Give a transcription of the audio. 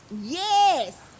Yes